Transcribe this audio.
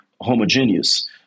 homogeneous